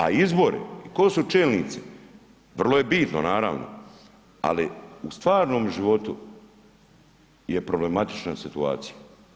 A izbori, tko su čelnici, vrlo je bitno, naravno, ali u stvarnom životu je problematična situacija.